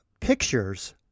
pictures